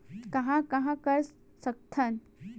कहां कहां कर सकथन?